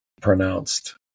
pronounced